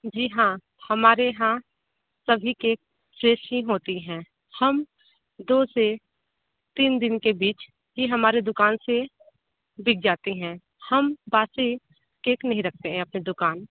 जी हाँ हमारे यहाँ सभी केक श्रेष्ठ ही होते हैं हम दो से तीन दिन के बीच ही हमारी दुकान से बिक जाते हैं हम बासी केक नहीं रखते हैं अपनी दुकान पर